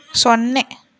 ಸೊನ್ನೆ